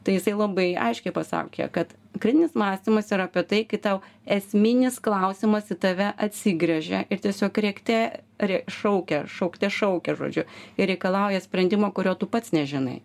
tai jisai labai aiškiai pasakė kad kritinis mąstymas yra apie tai kai tau esminis klausimas į tave atsigręžia ir tiesiog rėkte rė šaukia šaukte šaukia žodžiu ir reikalauja sprendimo kurio tu pats nežinai